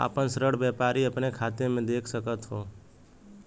आपन ऋण व्यापारी अपने खाते मे देख सकत हौ